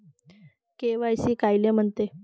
KYC कायले म्हनते?